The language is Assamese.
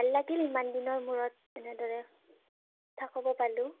ভাল লাগিল ইমান দিনৰ মূৰত এনেদৰে কথা ক'ব পালোঁ